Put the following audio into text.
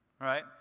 right